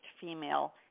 female